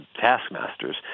taskmasters